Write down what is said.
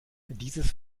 dieses